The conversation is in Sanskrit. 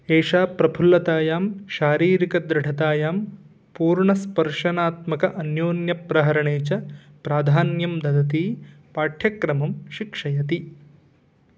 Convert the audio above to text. एषा प्रफुल्लतायां शारीरिकदृढतायां पूर्णस्पर्शनात्मक अन्यून्यप्रहरणे च प्राधान्यं ददति पाठ्यक्रमं शिक्षयति